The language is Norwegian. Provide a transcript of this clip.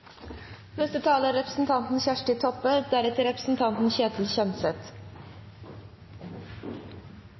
Neste taler er representanten Kjersti Toppe